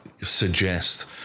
suggest